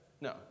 No